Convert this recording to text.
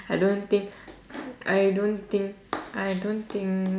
I don't think I don't think I don't think